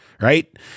Right